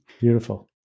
beautiful